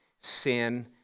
Sin